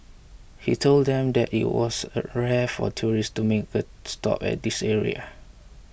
he told them that it was rare for tourists to make a stop at this area